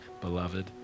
beloved